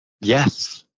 Yes